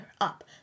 up